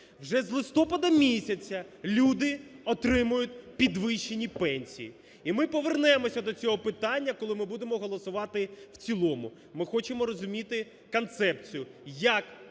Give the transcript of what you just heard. вже з листопада місяця люди отримають підвищені пенсії. І ми повернемося до цього питання, коли ми будемо голосувати в цілому. Ми хочемо розуміти концепцію, як